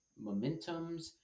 momentums